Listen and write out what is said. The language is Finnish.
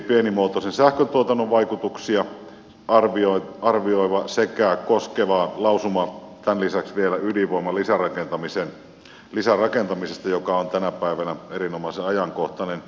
pienimuotoisen sähköntuotannon vaikutuksia arvioiva sekä tämän lisäksi vielä ydinvoiman lisärakentamista koskeva lausuma joka on tänä päivänä erinomaisen ajankohtainen